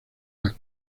las